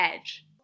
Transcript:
edge